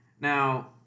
Now